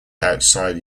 outside